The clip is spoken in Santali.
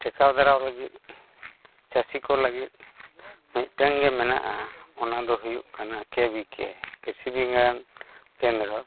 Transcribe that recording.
ᱴᱮᱠᱟᱣ ᱫᱟᱨᱟᱢ ᱞᱟᱹᱜᱤᱫ ᱪᱟᱹᱥᱤ ᱠᱚ ᱞᱟᱹᱜᱤᱫ ᱢᱤᱫᱴᱮᱱ ᱜᱮ ᱢᱮᱱᱟᱜᱼᱟ ᱚᱱᱟ ᱫᱚ ᱦᱩᱭᱩᱜ ᱠᱟᱱᱟ ᱠᱮ ᱵᱤ ᱠᱮ ᱠᱨᱤᱥᱤ ᱵᱤᱜᱽᱜᱟᱱ ᱠᱮᱱᱫᱨᱚ